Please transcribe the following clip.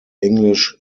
english